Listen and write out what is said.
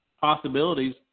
possibilities